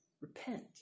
Repent